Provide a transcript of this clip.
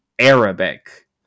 Arabic